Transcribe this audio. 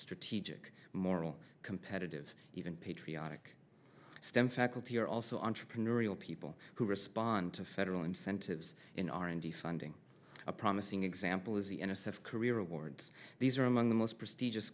strategic moral competitive even patriotic stem faculty are also entrepreneurial people who respond to federal incentives in r and d funding a promising example is the n s f career awards these are among the most prestigious